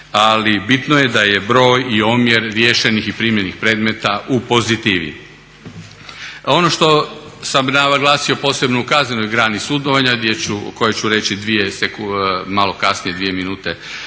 Ali bitno je da je broj i omjer riješenih i primljenih predmeta u pozitivi. Ono što sam naglasio posebno u kaznenoj grani sudovanja o kojoj ću reći, malo kasnije dvije minute